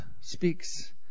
speaks